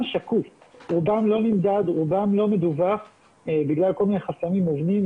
שקוף ורובם לא נמדד ולא מדווח בגלל כל מיני חסמים מובנים